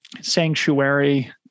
sanctuary